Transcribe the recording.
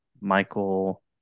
Michael